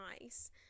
nice